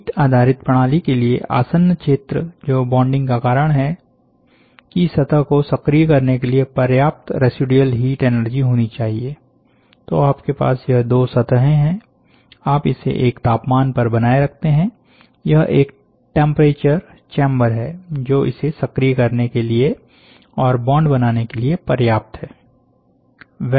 heat आधारित प्रणाली के लिए आसन्न क्षेत्र जो बॉन्डिंग का कारण है कि सतह को सक्रिय करने के लिए पर्याप्त रेसिड्युअल हीट एनर्जी होनी चाहिए तो आपके पास यह दो सतहे हैं आप इसे एक तापमान पर बनाए रखते हैं यह एक टेम्परेचर चेंबर है जो इसे सक्रिय करने के लिए और बॉन्ड बनाने के लिए पर्याप्त है